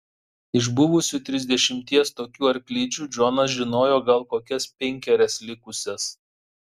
iš buvusių trisdešimties tokių arklidžių džonas žinojo gal kokias penkerias likusias